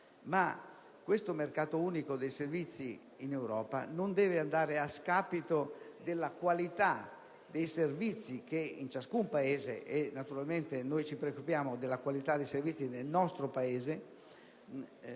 di un mercato unico dei servizi in Europa, ma esso non deve andare a scapito della qualità dei servizi propri di ciascun Paese. È evidente che noi ci preoccupiamo della qualità dei servizi nel nostro Paese